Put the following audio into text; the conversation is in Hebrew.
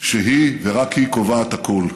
שהיא ורק היא קובעת הכול.